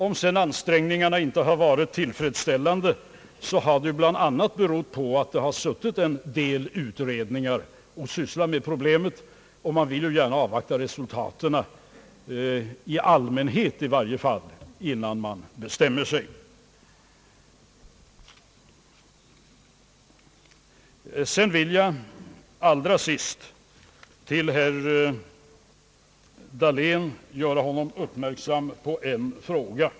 Om sedan ansträngningarna inte har varit tillfredsställande, så har det berott bl.a. på att det har suttit en del utredningar och sysslat med problemen, och man vill ju i allmänhet gärna avvakta resultaten därav, innan man bestämmer sig. Allra sist vill jag göra herr Dahlén uppmärksam på en sak.